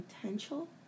potential